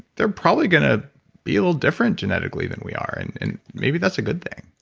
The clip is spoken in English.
they're probably going to be a little different genetically than we are, and and maybe that's a good thing.